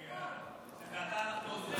כשזה אתה, אנחנו עוזרים לך.